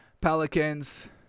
Pelicans